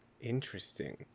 Interesting